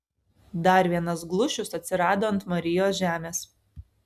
dar vienas glušius atsirado ant marijos žemės